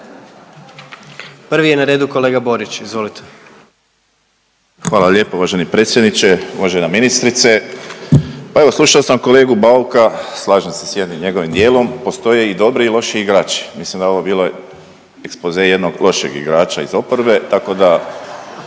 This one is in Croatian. Prvi je na redu kolega Borić, izvolite. **Borić, Josip (HDZ)** Hvala lijepo uvaženi predsjedniče, uvažena ministrice. Pa evo slušao sam kolegu Bauka, slažem se s jednim njegovim dijelom, postoje i dobri i loši igrači, mislim da je ovo bilo expose jednog lošeg igrača iz oporbe, tako da